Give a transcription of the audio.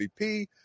MVP